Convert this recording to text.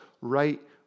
right